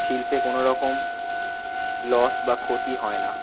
শিল্পে কোনো রকম লস বা ক্ষতি হয় না